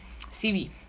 CV